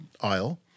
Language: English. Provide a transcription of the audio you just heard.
aisle